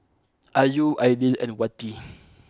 Ayu Aidil and Wati